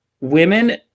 women